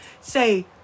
Say